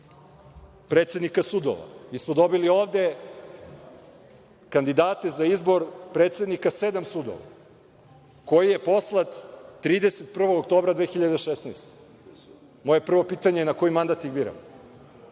predsednika sudova. Mi smo dobili ovde kandidate za izbor predsednika sedam sudova, koji je poslat 31. oktobra 2016. godine. Moje prvo pitanje– na koji mandat ih biramo?